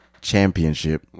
championship